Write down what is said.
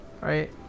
Right